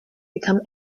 become